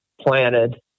planted